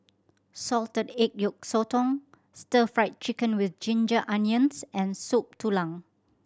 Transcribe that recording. salted egg yolk sotong Stir Fried Chicken With Ginger Onions and Soup Tulang